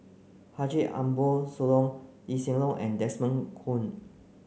Haji Ambo Sooloh Lee Hsien Loong and Desmond Kon